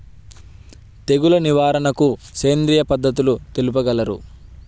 తెగులు నివారణకు సేంద్రియ పద్ధతులు తెలుపగలరు?